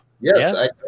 Yes